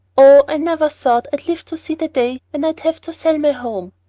oh, i never thought i'd live to see the day when i'd have to sell my home.